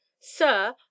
Sir